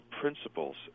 principles